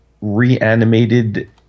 reanimated